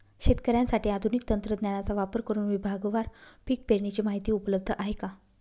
शेतकऱ्यांसाठी आधुनिक तंत्रज्ञानाचा वापर करुन विभागवार पीक पेरणीची माहिती उपलब्ध आहे का?